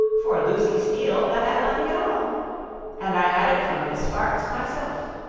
for lucy steele that had nothing at all and i had it from miss sparks myself.